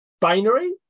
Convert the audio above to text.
Binary